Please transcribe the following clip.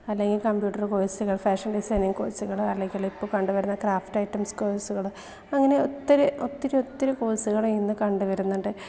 അല്ലെങ്കിൽ computer course fashion designing കോഴ്സ്കൾ അല്ലെങ്കിൽ ഇപ്പോൾ കണ്ടുവരുന്ന ക്രാഫ്റ്റ് ഐറ്റംസ് കോഴ്സുകൾ അങ്ങനെ ഒത്തിരി ഒത്തിരി ഒത്തിരി കോഴ്സ്കൾ ഇന്ന് കണ്ടു വരുന്നുണ്ട്